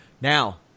Now